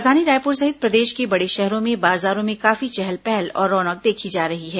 राजधानी रायपुर सहित प्रदेश के बड़े शहरों में बाजारों में काफी चहल पहल और रौनक देखी जा रही है